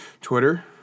Twitter